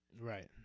Right